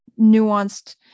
nuanced